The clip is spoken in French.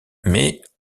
mais